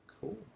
Cool